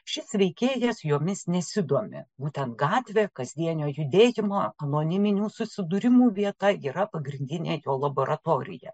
šis veikėjas jomis nesidomi būtent gatvė kasdienio judėjimo anoniminių susidūrimų vieta yra pagrindinė jo laboratorija